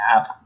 app